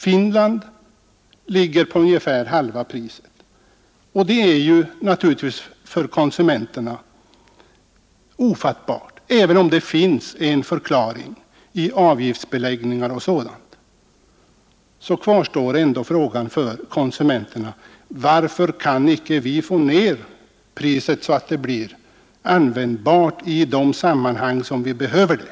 Finland ligger på ungefär halva priset, och det är naturligtvis ofattbart för konsumenterna. Även om det finns en förklaring i avgiftsbeläggningar och sådant, kvarstår ändå för konsumenterna frågan: Varför kan vi icke få ned priset även i Sverige på flygresor, så att man kan utnyttja flyget när man behöver det?